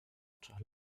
oczach